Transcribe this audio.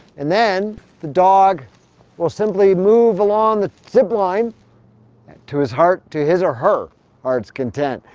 and then the dog will simply move along the zip line and to his heart. to his or her heart's content!